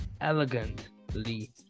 elegantly